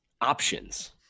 options